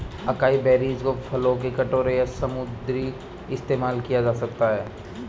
acai berries को फलों के कटोरे या स्मूदी में इस्तेमाल किया जा सकता है